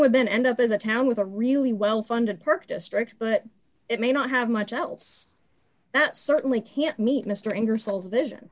with then end up as a town with a really well funded perk district but it may not have much else that certainly can't meet mr ingersoll vision